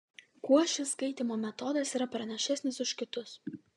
kuo šis skaitymo metodas yra pranašesnis už kitus